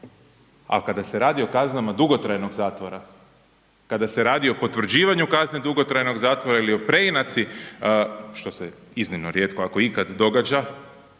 kada se radi o kaznama dugotrajnog zatvora, kada se radi o potvrđivanju kazne dugotrajnog zatvora ili o preinaci što se iznimno rijetko ako ikad događa